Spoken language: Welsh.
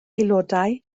aelodau